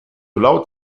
laut